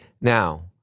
Now